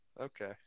Okay